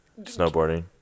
snowboarding